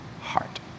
heart